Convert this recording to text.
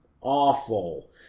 awful